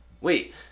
Wait